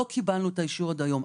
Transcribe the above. לא קיבלנו את האישור עד היום.